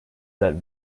that